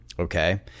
Okay